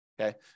okay